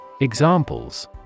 Examples